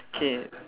okay